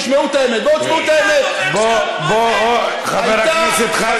תשמעו את האמת, בואו תשמעו את האמת.